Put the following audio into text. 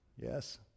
Yes